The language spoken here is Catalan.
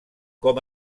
com